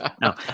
No